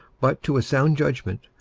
but to a sound judgment,